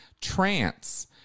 trance